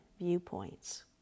viewpoints